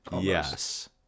yes